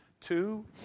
two